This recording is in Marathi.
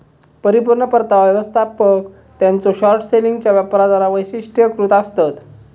परिपूर्ण परतावा व्यवस्थापक त्यांच्यो शॉर्ट सेलिंगच्यो वापराद्वारा वैशिष्ट्यीकृत आसतत